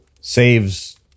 saves